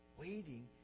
Waiting